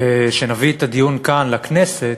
כשנביא את הדיון כאן לכנסת,